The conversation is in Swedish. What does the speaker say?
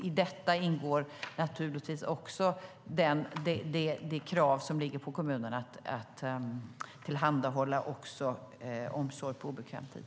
I detta ingår naturligtvis också det krav som ligger på kommunerna att tillhandahålla omsorg också på obekväm tid.